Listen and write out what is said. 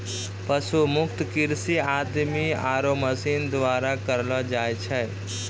पशु मुक्त कृषि आदमी आरो मशीन द्वारा करलो जाय छै